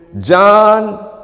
John